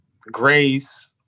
grace